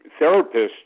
therapists